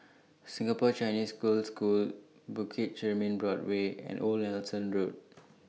Singapore Chinese Girls' School Bukit Chermin Boardwalk and Old Nelson Road